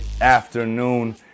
afternoon